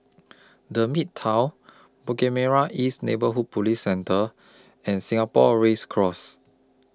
The Midtown Bukit Merah East Neighbourhood Police Centre and Singapore Race Course